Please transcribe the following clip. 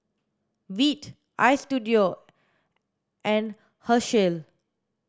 Veet Istudio and Herschel